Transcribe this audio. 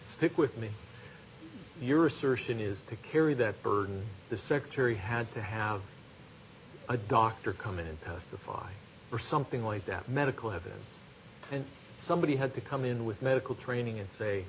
stick with me your assertion is to carry that burden the secretary had to have a doctor come in and testify or something like that medical evidence and somebody had to come in with medical training and say